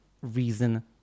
reason